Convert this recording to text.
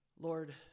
lord